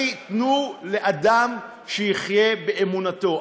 תנו לאדם שיחיה באמונתו.